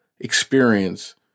experience